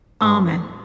Amen